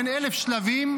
בן 1,000 שלבים,